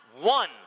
one